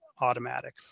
automatic